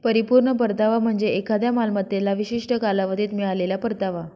परिपूर्ण परतावा म्हणजे एखाद्या मालमत्तेला विशिष्ट कालावधीत मिळालेला परतावा